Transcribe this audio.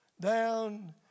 down